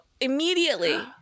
immediately